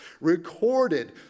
recorded